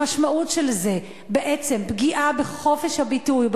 המשמעות של זה היא בעצם פגיעה בחופש הביטוי,